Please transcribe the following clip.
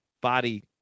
body